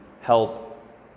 help